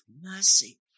Mercy